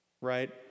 right